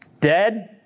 Dead